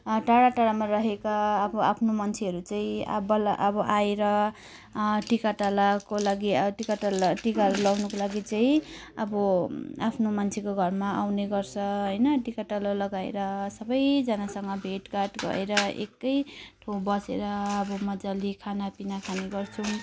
टाढा टाढामा रहेका अब आफ्नो मान्छेहरू चाहिँ अब बल्ल अब आएर टिकाटालाको लागि टिकाटाला टिकाहरू लगाउनुको लागि चाहिँ अब आफ्नो मान्छेको घरमा आउने गर्छ होइन टिकाटालो लगाएर सबैजनासँग भेटघाट भएर एकैको बसेर अब मजाले खानापिना खाने गर्छौँ